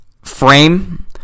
Frame